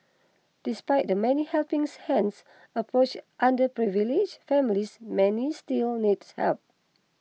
despite the many helping hands approach underprivileged families many still need help